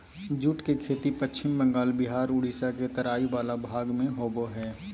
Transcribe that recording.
jute के खेती पश्चिम बंगाल बिहार उड़ीसा के तराई वला भाग में होबो हइ